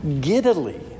giddily